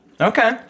Okay